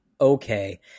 Okay